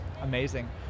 amazing